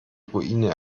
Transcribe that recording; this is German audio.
ruine